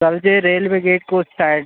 समझे railway gate के उस साइड